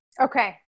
Okay